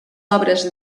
obres